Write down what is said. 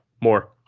more